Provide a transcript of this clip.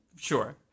Sure